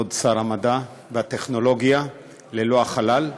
כבוד שר המדע והטכנולוגיה ללא החלל,